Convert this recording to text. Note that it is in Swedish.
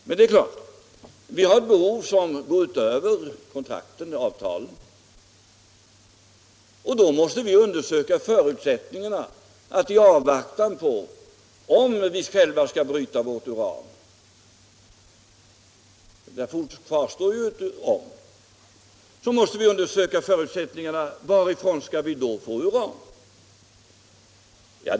Men vi har ett behov som går utöver kontrakten och avtalen. Därför måste vi i avvaktan på beslut om huruvida vi själva skall bryta vårt uran — där kvarstår ju ett om — undersöka förutsättningarna att få uran från annat håll och ställa frågan, varifrån vi skall få detta uran.